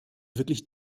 wirklich